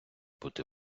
бути